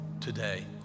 today